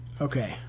okay